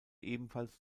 ebenfalls